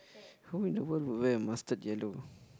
who in the world would wear a mustard yellow